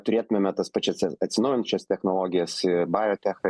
turėtumėme tas pačias ats atsinaujinančias technologijas biotechą